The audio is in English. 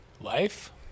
Life